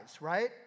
right